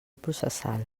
processal